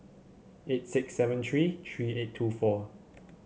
eight six seven three three eight two four